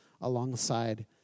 alongside